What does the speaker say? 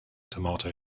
tomato